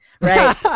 Right